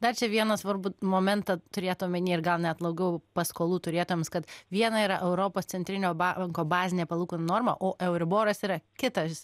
dar čia vieną svarbų momentą turėt omeny ir gal net daugiau paskolų turėtojams kad viena yra europos centrinio banko bazinė palūkanų norma o euriboras yra kitas